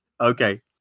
Okay